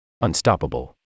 Unstoppable